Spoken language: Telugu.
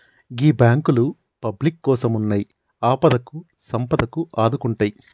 గీ బాంకులు పబ్లిక్ కోసమున్నయ్, ఆపదకు సంపదకు ఆదుకుంటయ్